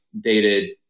dated